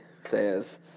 says